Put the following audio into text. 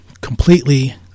completely